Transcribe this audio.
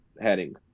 heading